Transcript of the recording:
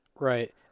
Right